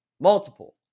multiple